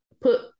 put